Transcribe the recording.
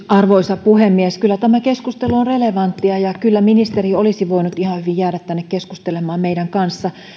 arvoisa puhemies kyllä tämä keskustelu on relevanttia ja kyllä ministeri olisi voinut ihan hyvin jäädä tänne keskustelemaan meidän kanssamme